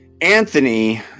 Anthony